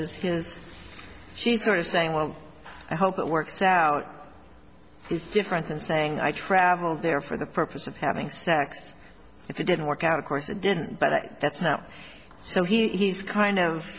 is he is she sort of saying well i hope it works out is different than saying i traveled there for the purpose of having sex if it didn't work out of course it didn't but that's now so he's kind of